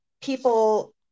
people